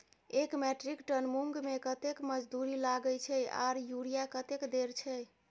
एक metric ton मूंग में कतेक मजदूरी लागे छै आर यूरिया कतेक देर छै?